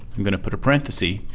i'm going to put a parenthesis,